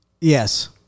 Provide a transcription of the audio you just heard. Yes